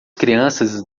crianças